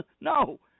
No